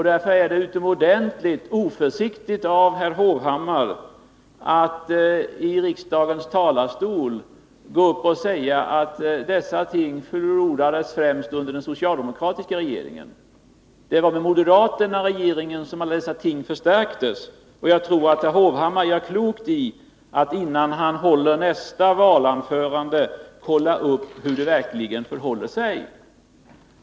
Därför är det utomordentligt oförsiktigt av herr Hovhammar att gå upp i riksdagens talarstol och säga att dessa ting frodades främst under den socialdemokratiska regeringens tid. Det var med moderaterna i regeringen som allt detta förstärktes, och jag tror att herr Hovhammar gör klokt i att innan han håller nästa valanförande kontrollera hur det verkligen förhåller sig.